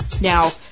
Now